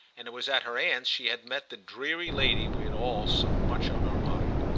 and it was at her aunt's she had met the dreary lady we had all so much on our mind.